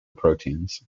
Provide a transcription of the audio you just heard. proteins